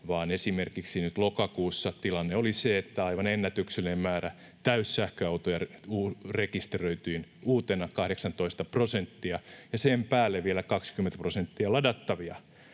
vaan esimerkiksi nyt lokakuussa tilanne oli se, että aivan ennätyksellinen määrä täyssähköautoja rekisteröitiin uutena, 18 prosenttia, ja sen päälle vielä 20 prosenttia ladattavia